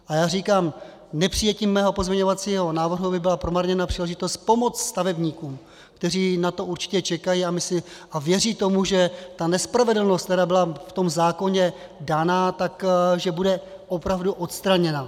A já říkám, nepřijetím mého pozměňovacího návrhu by byla promarněna příležitost pomoct stavebníkům, kteří na to určitě čekají a věří tomu, že ta nespravedlnost, která byla v tom zákoně dána, bude opravdu odstraněna.